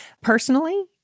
Personally